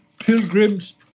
pilgrim's